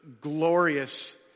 glorious